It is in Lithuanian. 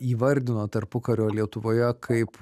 įvardino tarpukario lietuvoje kaip